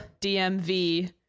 DMV